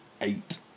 eight